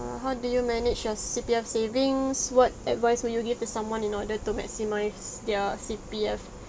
how do you manage your C_P_F savings what advice would you give to someone in order to maximise their C_P_F